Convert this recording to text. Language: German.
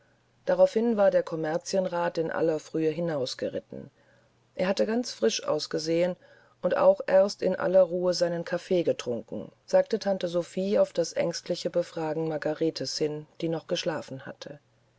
daraufhin war der kommerzienrat in aller frühe hinausgeritten er habe ganz frisch ausgesehen und auch erst in aller ruhe seinen kaffee getrunken sagte tante sophie auf das ängstliche befragen margaretens hin die noch geschlafen hatte